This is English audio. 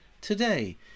today